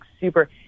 super